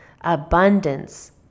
Abundance